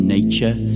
Nature